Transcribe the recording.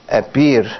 appear